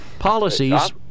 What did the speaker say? Policies